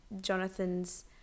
Jonathan's